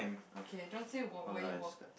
okay don't say work where you work